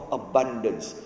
abundance